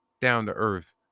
down-to-earth